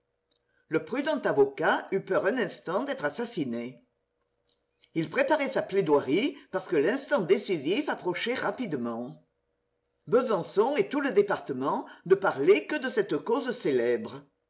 le prudent avocat eut peur un instant d'être assassiné il préparait sa plaidoirie parce que l'instant décisif approchait rapidement besançon et tout le département ne parlaient que de cette cause célèbre